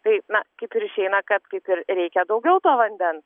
tai na kaip ir išeina kad kaip ir reikia daugiau to vandens